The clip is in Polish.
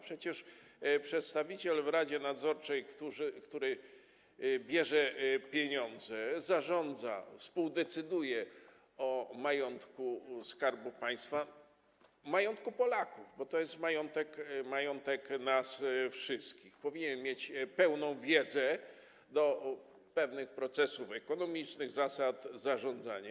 Przecież przedstawiciel w radzie nadzorczej, który bierze pieniądze, zarządza, współdecyduje o majątku Skarbu Państwa, majątku Polaków, bo to jest majątek nas wszystkich, powinien mieć pełną wiedzę co do pewnych procesów ekonomicznych, zasad zarządzania.